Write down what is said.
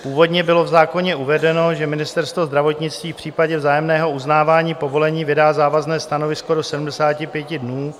Původně bylo v zákoně uvedeno, že Ministerstvo zdravotnictví v případě vzájemného uznávání povolení vydá závazné stanovisko do 75 dnů.